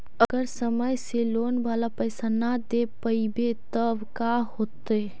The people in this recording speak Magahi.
अगर समय से लोन बाला पैसा न दे पईबै तब का होतै?